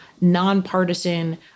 nonpartisan